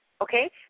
Okay